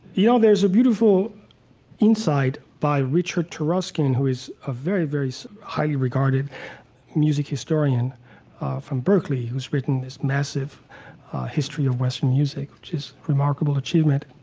you know, there's a beautiful insight by richard taruskin, who is a very, very highly-regarded music historian from berkeley, who's written this massive history of western music. just remarkable achievement.